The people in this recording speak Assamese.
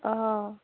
অঁ